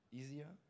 easier